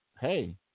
hey